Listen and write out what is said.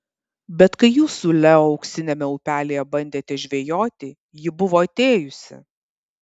bet kai jūs su leo auksiniame upelyje bandėte žvejoti ji buvo atėjusi